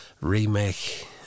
remake